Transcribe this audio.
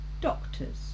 doctors